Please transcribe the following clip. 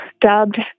dubbed